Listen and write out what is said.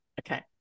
Okay